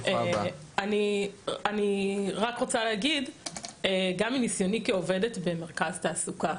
אני רק רוצה להגיד גם מניסיוני כעובדת במרכז תעסוקה